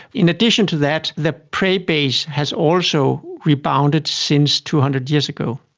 in addition to that, the prey base has also rebounded since two hundred years ago.